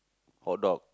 hotdog